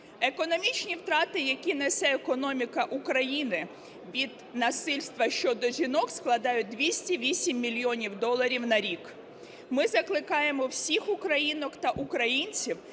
Економічні втрати, які несе економіка України від насильства щодо жінок, складають 208 мільйонів доларів на рік. Ми закликаємо всіх українок та українців,